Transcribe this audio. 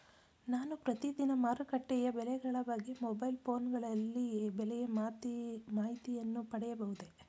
ನಾನು ಪ್ರತಿದಿನ ಮಾರುಕಟ್ಟೆಯ ಬೆಲೆಗಳ ಬಗ್ಗೆ ಮೊಬೈಲ್ ಫೋನ್ ಗಳಲ್ಲಿ ಬೆಲೆಯ ಮಾಹಿತಿಯನ್ನು ಪಡೆಯಬಹುದೇ?